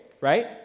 right